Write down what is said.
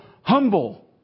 humble